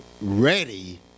ready